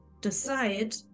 decide